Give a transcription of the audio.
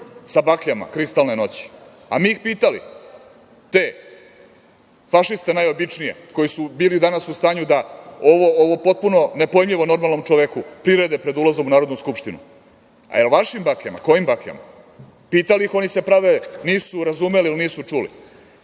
sa bakljama kristalne noći? Mi ih pitali, te fašiste najobičnije, koji su bili danas u stanju da ovo potpuno nepojmljivo normalnom čoveku prirede pred ulazom u Narodnoj skupštinu, a da li vašim bakljama, kojim bakljama? Pitali ih, oni se prave nisu razumeli ili nisu čuli?